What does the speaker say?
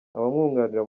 abamwunganira